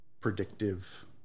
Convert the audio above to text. predictive